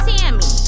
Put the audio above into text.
Tammy